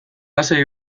lasai